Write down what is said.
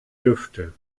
lüfte